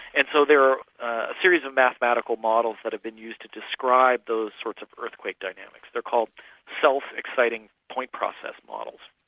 and so there are a series of mathematical models that have been used to describe those sorts of earthquake dynamics. they're called self-exciting point process models.